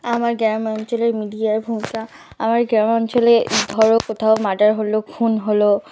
আমার গ্রাম অঞ্চলে মিডিয়ার ভূমিকা আমার গ্রাম অঞ্চলে ধরো কোথাও মার্ডার হল খুন হল